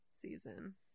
season